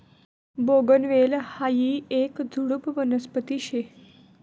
बोगनवेल हायी येक झुडुप वनस्पती शे